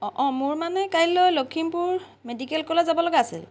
অঁ অঁ মোৰ মানে কাইলৈ লখিমপুৰ মেডিকেল কলেজ যাব লগা আছিল